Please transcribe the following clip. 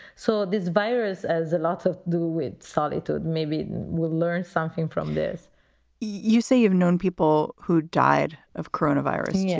so this virus has a lot to do with solitude. maybe we'll learn something from this you say you've known people who died of corona virus. yeah